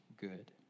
good